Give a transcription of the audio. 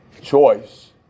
Choice